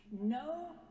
No